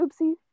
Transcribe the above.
Oopsie